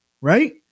right